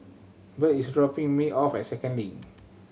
Birt is dropping me off at Second Link